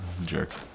jerk